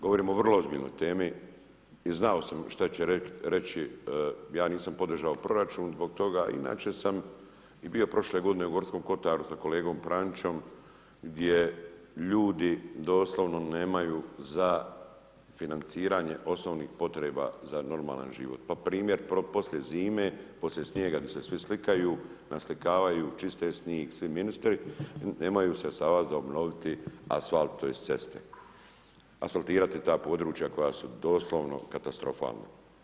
Govorim o vrlo ozbiljnoj temi i znao sam šta će reći, ja nisam podržao proračun zbog toga, inače sam i bio prošle godine u Gorskom kotaru sa kolegom Pranićem gdje ljudi doslovno nemaju za financiranje osnovnih potreba za normalan život, pa primjer poslije zime, poslije snijega di se svi slikaju, naslikavaju, čiste snijeg svi ministri, nemaju sredstava za obnoviti asfalta tj. ceste, asfaltirati ta područja koja su doslovno katastrofalna.